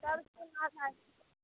सभ चीज महङ्गा